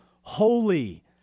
holy